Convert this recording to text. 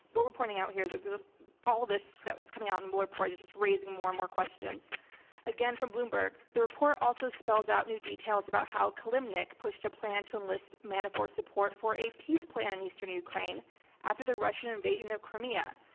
where we're pointing out here is that there's all of this that was coming out in the mueller report is just raising more and more questions again from bloomberg. the report also spells out new details about how kilimnik pushed a plan to enlist manafort's support for a peace plan in eastern ukraine after the russian invasion of crimea.